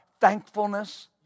thankfulness